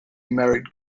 married